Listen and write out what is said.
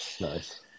Nice